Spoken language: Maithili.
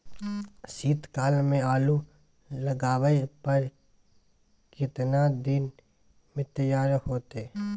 शीत काल में आलू लगाबय पर केतना दीन में तैयार होतै?